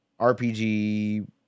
RPG